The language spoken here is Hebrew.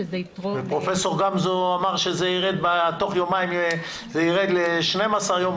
ופרופ' גמזו אמר שתוך יומיים זה ירד ל-12 יום.